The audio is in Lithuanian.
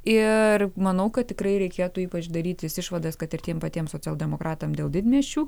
ir manau kad tikrai reikėtų ypač darytis išvadas kad ir tiems patiems socialdemokratam dėl didmiesčių